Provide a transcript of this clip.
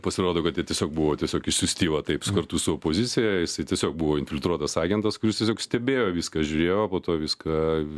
pasirodo kad jie tiesiog buvo tiesiog išsiųsti va taip su kartu su opozicija jisai tiesiog buvo infiltruotas agentas kuris tiesiog stebėjo viską žiūrėjo o po to viską